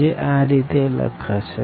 જે આ રીતે લખાશે